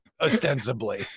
ostensibly